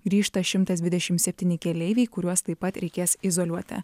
grįžta šimtas dvidešimt septyni keleiviai kuriuos taip pat reikės izoliuoti